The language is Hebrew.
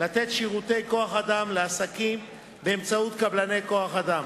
לתת שירותי כוח-אדם לעסקים באמצעות קבלני כוח-אדם.